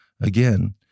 again